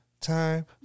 time